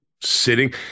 Sitting